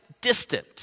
distant